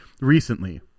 recently